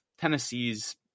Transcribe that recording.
Tennessee's